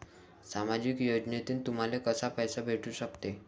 सामाजिक योजनेतून तुम्हाले कसा पैसा भेटू सकते?